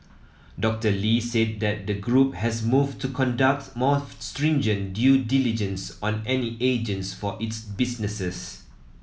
Doctor Lee said that the group has moved to conduct more stringent due diligence on any agents for its businesses